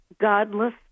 godless